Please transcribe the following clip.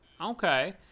okay